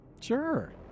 Sure